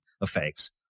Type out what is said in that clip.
effects